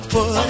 Put